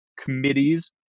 committees